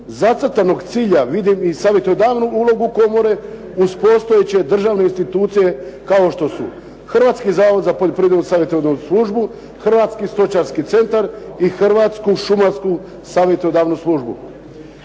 zacrtanog cilja, vidim i savjetodavnu ulogu komore uz postojeće državne institucije kao što su Hrvatski zavod za poljoprivrednu savjetodavnu službu, Hrvatski stočarski centar i Hrvatsku šumarsku savjetodavnu službu.